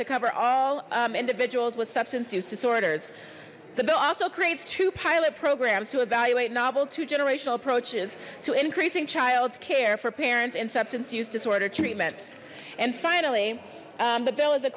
to cover all individuals with substance use disorders the bill also creates two pilot programs to evaluate novel to generational approaches to increasing child's care for parents and substance use disorder treatments and finally the bill is a